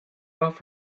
off